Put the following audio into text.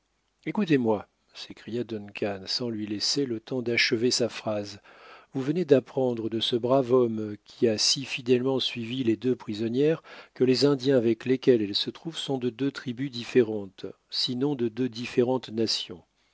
écoutez-moi s'écria duncan sans lui laisser le temps d'achever sa phrase vous venez d'apprendre de ce brave homme qui a si fidèlement suivi les deux prisonnières que les indiens avec lesquels elles se trouvent sont de deux tribus différentes sinon de deux différentes nations